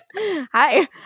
Hi